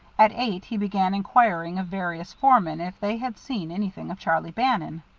at eight he began inquiring of various foremen if they had seen anything of charlie bannon.